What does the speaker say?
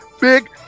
big